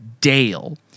Dale